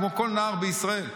כמו כל נער בישראל.